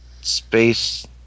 space